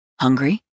Hungry